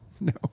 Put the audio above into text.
No